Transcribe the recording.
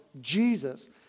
Jesus